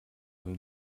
amb